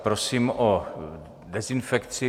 Prosím o dezinfekci.